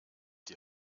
die